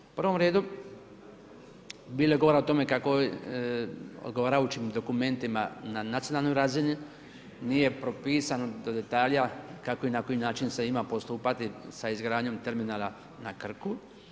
U prvom redu bilo je govora o tome kako odgovarajućim dokumentima na nacionalnoj razini nije propisano do detalja kako i na koji način se ima postupati sa izgradnjom terminala na Krku.